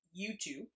YouTube